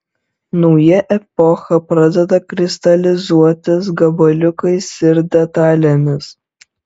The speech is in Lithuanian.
nauja epocha pradeda kristalizuotis gabaliukais ir detalėmis